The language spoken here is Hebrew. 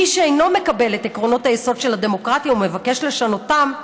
מי שאינו מקבל את עקרונות היסוד של הדמוקרטיה ומבקש לשנותם,